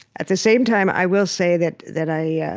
at the same time, i will say that that i yeah